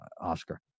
Oscar